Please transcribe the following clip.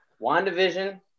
WandaVision